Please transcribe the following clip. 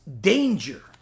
danger